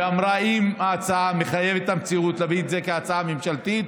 ואמרה שאם ההצעה מחויבת המציאות אז להביא זאת כהצעה ממשלתית,